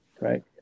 Right